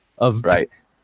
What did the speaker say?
Right